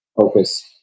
focus